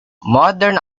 modern